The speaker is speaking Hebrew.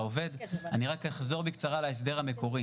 איך אתה מפרגן רק לאופוזיציה?